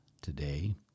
today